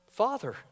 Father